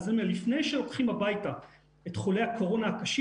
לפני שלוקחים הביתה את חולי הקורונה הקשים,